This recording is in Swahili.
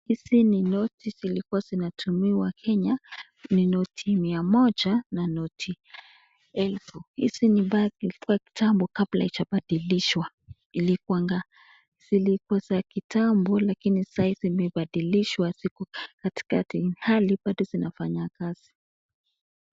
Hizi ni noti zilikuwa zinatumiwa kwa kenya. Ni noti mia moja na noti elfu. Hizi ni Zilikuwa za kutambo kabla hazijabadilishwa zilikuwa za kutambo lakini saizi zimebadilishwa zinatumika bali bado zinafanya kazi .